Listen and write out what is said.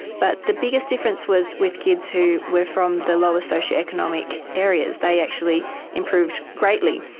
but the biggest difference was with kids who were from the lower socio-economic areas, they actually improved greatly.